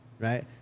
Right